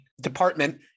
department